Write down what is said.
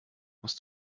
musst